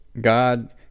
God